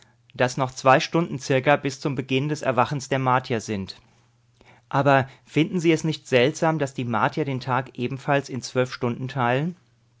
daß noch zwei stunden zirka bis zum beginn des erwachens der martier sind aber finden sie es nicht seltsam daß die martier den tag ebenfalls in zwölf stunden teilen